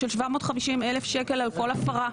של 750,000 שקלים על כל הפרה,